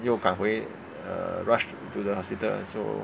又赶回 uh rush to the hospital so